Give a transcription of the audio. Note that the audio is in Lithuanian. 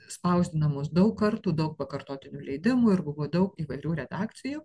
spausdinamos daug kartų daug pakartotinių leidimų ir buvo daug įvairių redakcijų